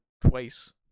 twice